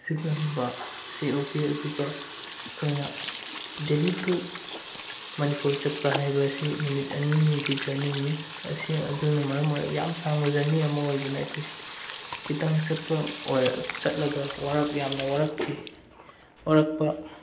ꯁꯤꯒꯨꯝꯕ ꯁꯤ ꯎꯈꯤ ꯑꯗꯨꯒ ꯑꯩꯈꯣꯏꯅ ꯗꯦꯜꯂꯤ ꯇꯨ ꯃꯅꯤꯄꯨꯔ ꯆꯠꯄ ꯍꯥꯏꯕ ꯑꯁꯤ ꯅꯨꯃꯤꯠ ꯑꯅꯤꯅꯤꯒꯤ ꯖꯔꯅꯤꯅꯤ ꯑꯁꯤ ꯑꯗꯨꯅ ꯃꯔꯝ ꯑꯣꯏꯔꯒ ꯌꯥꯝ ꯁꯥꯡꯕ ꯖꯔꯅꯤ ꯑꯃ ꯑꯣꯏꯕꯅ ꯑꯩꯈꯣꯏꯁꯤ ꯈꯤꯇꯪ ꯆꯠꯄ ꯑꯣꯏ ꯆꯠꯂꯒ ꯌꯥꯝꯅ ꯋꯥꯔꯛꯈꯤ ꯋꯥꯔꯛꯄ